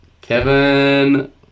Kevin